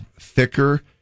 thicker